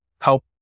help